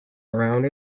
around